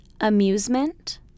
amusement